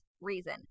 reason